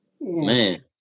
Man